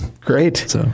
Great